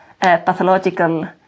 pathological